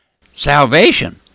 Salvation